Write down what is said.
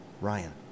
Ryan